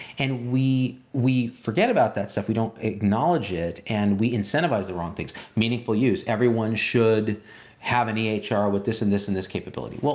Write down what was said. and we we forget about that stuff. we don't acknowledge it and we incentivize the wrong things. meaningful use. everyone should have an ehr ah with this and this and this capability. well,